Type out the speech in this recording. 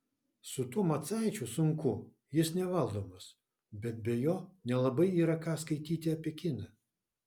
su tuo macaičiu sunku jis nevaldomas bet be jo nelabai yra ką skaityti apie kiną